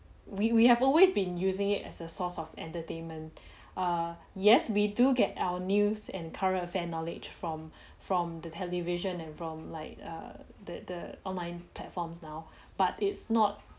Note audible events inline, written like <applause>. we have always been using it as a source of entertainment err yes we do get our news and current affair knowledge from <breath> from the television and from like err the the online platforms now but it's not